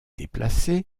déplacé